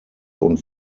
und